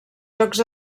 jocs